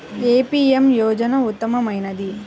ఏ PM యోజన ఉత్తమమైనది?